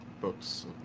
books